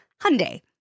Hyundai